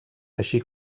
així